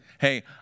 Hey